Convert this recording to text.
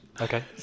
Okay